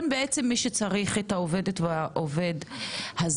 כל מי שבעצם צריך או צריכה את העובד הזר.